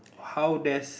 how does